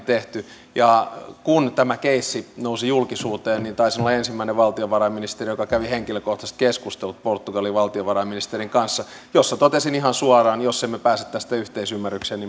tehty ja kun tämä keissi nousi julkisuuteen niin taisin olla ensimmäinen valtiovarainministeri joka kävi henkilökohtaiset keskustelut portugalin valtiovarainministerin kanssa jolloin totesin ihan suoraan että jos emme pääse tästä yhteisymmärrykseen